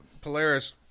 Polaris